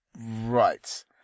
Right